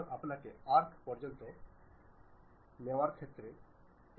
সুতরাং আসুন আমরা এই লিঙ্কটির দিকে দেখি ঠিক আছে